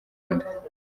inda